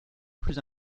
plus